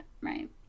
right